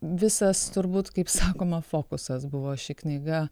visas turbūt kaip sakoma fokusas buvo ši knyga